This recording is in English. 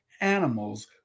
animals